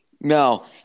No